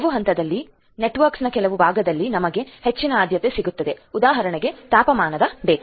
ಕೆಲವು ಹಂತದಲ್ಲಿ ನೆಟ್ವರ್ಕ್ಸ್ ನ ಕೆಲವು ಬಾಗಧಲ್ಲಿ ನಮಗೆ ಹೆಚ್ಚಿನ ಆಧ್ಯತೆ ಸಿಗುತ್ತದೇ ಉದಾಹರಣೆಗೆ ತಾಪಮಾನ ಡಾಟಾ